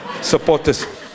supporters